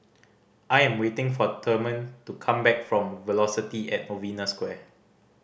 I am waiting for Therman to come back from Velocity at Novena Square